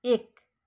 एक